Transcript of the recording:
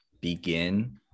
begin